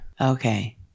Okay